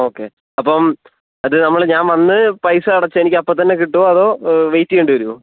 okay അപ്പം അത് നമ്മൾ ഞാൻ വന്ന് പൈസ അടച്ച് എനിക്കപ്പം തന്നെ കിട്ടുമോ അതോ വെയ്റ്റ് ചെയ്യേണ്ടി വരുമോ